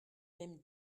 même